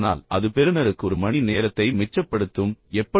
ஆனால் அது பெறுநருக்கு ஒரு மணி நேரத்தை மிச்சப்படுத்தும் எப்படி